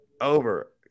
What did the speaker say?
Over